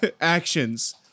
Actions